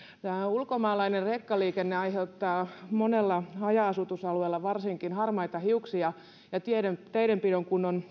ulkomaalainen rekkaliikenne aiheuttaa varsinkin monella haja asutusalueella harmaita hiuksia teiden kunnon